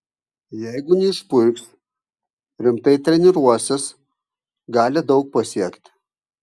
jeigu neišpuiks rimtai treniruosis gali daug pasiekti